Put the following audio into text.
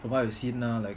for what I have seen ah like